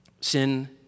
Sin